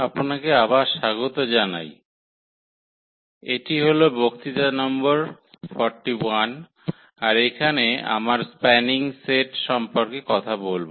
আপনাকে আবার স্বাগত জানাই এটি হল বক্তৃতা নম্বর 41 আর এখানে আমরা স্প্যানিং সেট সম্পর্কে কথা বলব